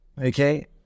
Okay